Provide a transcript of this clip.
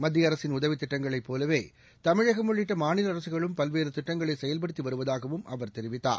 மத்திய அரசின் உதவித் திட்டங்களைப் போலவே தமிழகம் உள்ளிட்ட மாநில அரசுகளும் பல்வேறு திட்டங்களை செயல்படுத்தி வருவதாகவும் அவர் தெரிவித்தார்